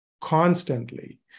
constantly